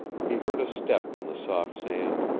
he heard a step in the soft sand,